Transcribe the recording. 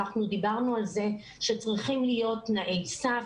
אנחנו דיברנו על זה שצריכים להיות תנאי סף,